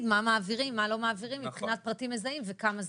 מה מעבירים ומה לא מעבירים מבחינת פרטים מזהים וכמה זמן.